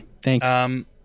Thanks